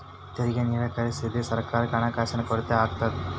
ತೆರಿಗೆ ನಿರಾಕರಿಸಿದ್ರ ಸರ್ಕಾರಕ್ಕ ಹಣಕಾಸಿನ ಕೊರತೆ ಆಗತ್ತಾ